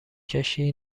کشتی